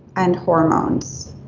and hormones.